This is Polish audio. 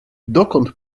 dokąd